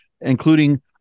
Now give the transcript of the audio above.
including